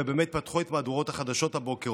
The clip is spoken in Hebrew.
ובאמת פתחו את מהדורות החדשות הבוקר,